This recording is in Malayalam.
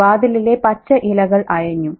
വാതിലിലെ പച്ച ഇലകൾ അയഞ്ഞു